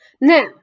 Now